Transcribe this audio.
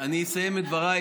אני אסיים את דבריי,